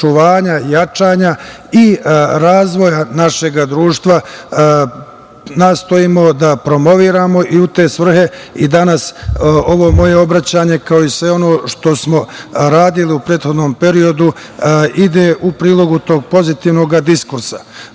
jačanja i razvoja našeg društva. Nastojimo da promovišemo i u te svrhe i danas ovo moje obraćanje, kao i sve ono što smo radili u prethodnom periodu, ide u prilog tog pozitivnog diskursa. Ono